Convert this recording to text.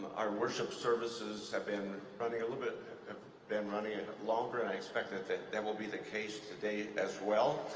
our worship services have been running a little bit have been running and longer and i expect that that that will be the case today, as well.